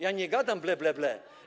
Ja nie gadam ble, ble, ble.